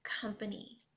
company